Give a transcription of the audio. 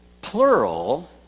plural